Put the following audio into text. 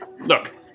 Look